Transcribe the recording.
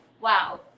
wow